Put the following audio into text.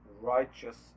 righteous